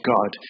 God